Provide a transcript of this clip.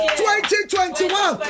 2021